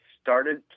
started